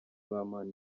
man